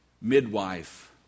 midwife